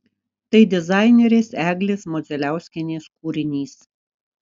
tai dizainerės eglės modzeliauskienės kūrinys